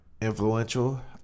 Influential